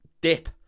dip